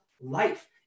life